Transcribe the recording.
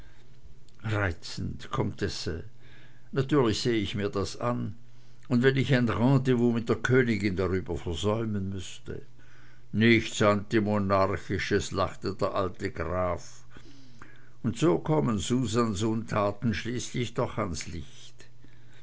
reizend comtesse natürlich seh ich mir das an und wenn ich ein rendezvous mit der königin darüber versäumen müßte nichts antimonarchisches lachte der alte graf und so kommen susans untaten schließlich noch ans licht